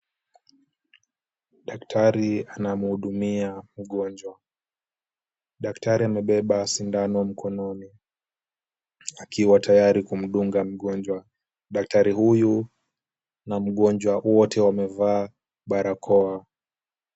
Daktari anamhudumia mgonjwa. Daktari amebeba sindano mkononi akiwa tayari kumdunga mgonjwa. Daktari huyu na mgonjwa wote wamevaa barakoa.